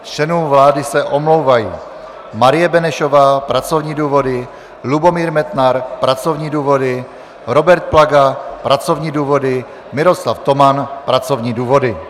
Z členů vlády se omlouvají: Marie Benešová pracovní důvody, Lubomír Metnar pracovní důvody, Robert Plaga pracovní důvody, Miroslav Toman pracovní důvody.